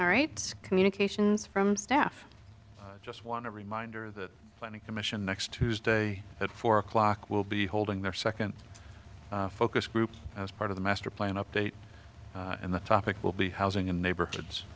right communications from staff just want to reminder the planning commission next tuesday at four o'clock will be holding their second focus group as part of the master plan update and the topic will be housing in neighborhoods